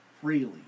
freely